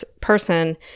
person